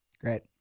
Great